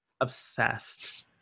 obsessed